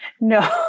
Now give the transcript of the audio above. No